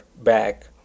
back